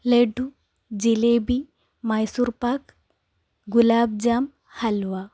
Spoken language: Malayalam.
ലഡ്ഡു ജിലേബി മൈസൂർ പാക്ക് ഗുലാബ് ജാം ഹൽവ